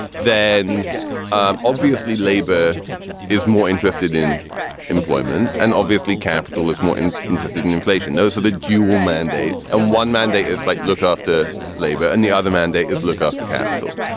then um obviously labor is more interested in employment and obviously capital is more interested in inflation. those are the dual mandates. and one mandate is like look after labor and the other mandate is look after capital.